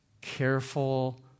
careful